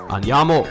Andiamo